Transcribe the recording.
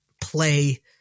play